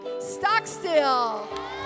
Stockstill